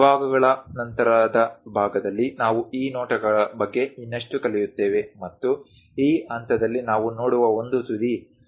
ವಿಭಾಗಗಳ ನಂತರದ ಭಾಗದಲ್ಲಿ ನಾವು ಈ ನೋಟಗಳ ಬಗ್ಗೆ ಇನ್ನಷ್ಟು ಕಲಿಯುತ್ತೇವೆ ಮತ್ತು ಈ ಹಂತದಲ್ಲಿ ನಾವು ನೋಡುವ ಒಂದು ತುದಿ ಅಂತಹದ್ದಾಗಿದೆ